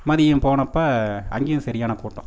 மதியம் போனப்போ அங்கேயும் சரியான கூட்டம்